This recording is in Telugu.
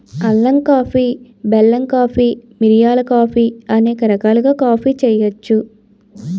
అల్లం కాఫీ బెల్లం కాఫీ మిరియాల కాఫీ అనేక రకాలుగా కాఫీ చేయొచ్చు